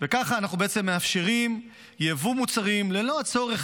וככה אנחנו בעצם מאפשרים יבוא מוצרים ללא צורך